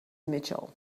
mitchell